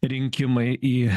rinkimai į